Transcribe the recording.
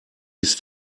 ist